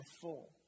full